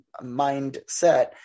mindset